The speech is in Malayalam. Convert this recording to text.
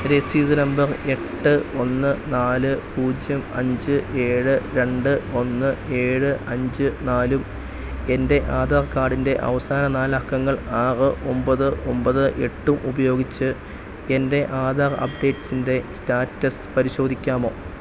രസീത് നമ്പർ എട്ട് ഒന്ന് നാല് പൂജ്യം അഞ്ച് ഏഴ് രണ്ട് ഒന്ന് ഏഴ് അഞ്ച് നാലും എൻ്റെ ആധാർ കാഡിൻ്റെ അവസാന നാലക്കങ്ങൾ ആറ് ഒമ്പത് ഒമ്പത് എട്ടും ഉപയോഗിച്ച് എൻ്റെ ആധാർ അപ്ഡേറ്റ്സിൻ്റെ സ്റ്റാറ്റസ് പരിശോധിക്കാമോ